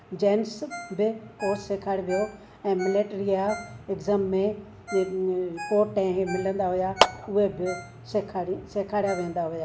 gents बि course सेखारे वियो ऐं मिलेट्री या ऐक्ज़ाम में कोट ऐं मिलंदा हुया उहे बि सेखारे सेखारिया वेंदा हुया